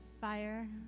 fire